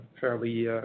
fairly